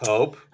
Hope